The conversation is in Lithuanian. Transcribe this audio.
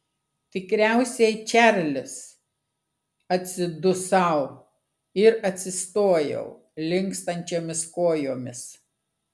tikriausiai čarlis atsidusau ir atsistojau linkstančiomis kojomis